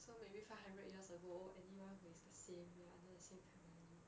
so maybe five hundred years ago anyone who has the same we are under the same family